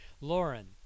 Lauren